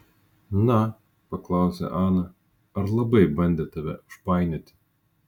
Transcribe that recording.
na paklausė ana ar labai bandė tave užpainioti